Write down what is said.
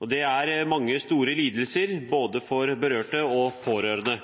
år. Det er mange store lidelser, både for berørte og for pårørende.